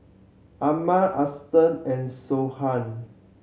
Arman Ashton and Siobhan